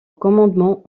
commandement